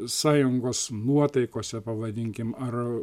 sąjungos nuotaikose pavadinkim ar